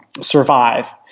Survive